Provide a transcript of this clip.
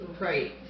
Right